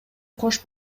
кош